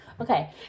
Okay